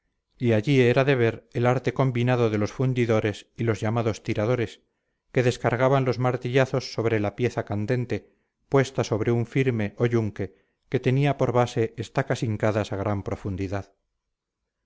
y allí era de ver el arte combinado de los fundidores y los llamados tiradores que descargaban los martillazos sobre la pieza candente puesta sobre un firme o yunque que tenía por base estacas hincadas a gran profundidad